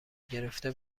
گرفته